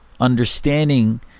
understanding